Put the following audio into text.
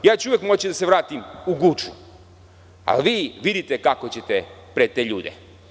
Ja ću uvek moći da se vratim u Guču, a vi vidite kako ćete pred te ljude.